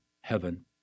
heaven